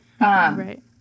Right